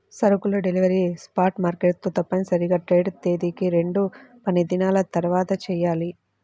సరుకుల delivery spot market తో తప్పనిసరిగా ట్రేడ్ తేదీకి రెండుపనిదినాల తర్వాతచెయ్యాలి